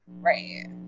right